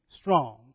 strong